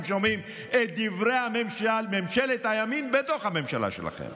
שומעים את דברי ממשלת הימין בתוך הממשלה שלכם,